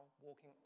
walking